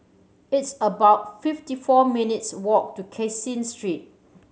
it's about fifty four minutes' walk to Caseen Street